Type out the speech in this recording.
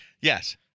Yes